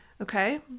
Okay